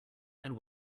and